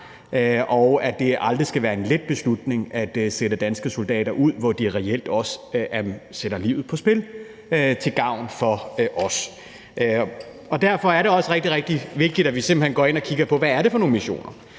og at det aldrig skal være en let beslutning at sende danske soldater ud, hvor de reelt også sætter livet på spil til gavn for os. Derfor er det også rigtig, rigtig vigtigt, at vi simpelt hen går ind og kigger på, hvad det er for nogle missioner.